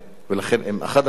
ולכן אם אחד מהמציעים